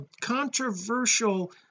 controversial